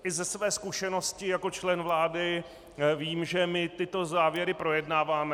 I ze své zkušenosti jako člen vlády vím, že my tyto závěry projednáváme.